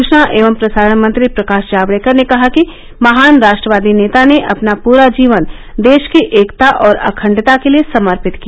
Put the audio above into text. सुचना एवं प्रसारण मंत्री प्रकाश जावडेकर ने कहा कि महान राष्ट्रवादी नेता ने अपना पुरा जीवन देश की एकता और अखंडता के लिए समर्पित किया